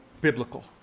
biblical